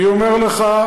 אני אומר לך,